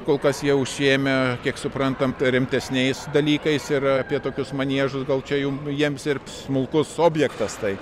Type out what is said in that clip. kol kas jie užsiėmę kiek suprantam rimtesniais dalykais ir apie tokius maniežus gal čia jums jiems ir smulkus objektas tai